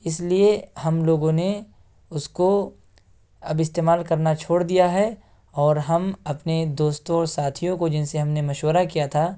اس لیے ہم لوگوں نے اس کو اب استعمال کرنا چھوڑ دیا ہے اور ہم اپنے دوستو اور ساتھیو کو جن سے ہم نے مشورہ کیا تھا